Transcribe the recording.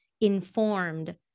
informed